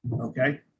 okay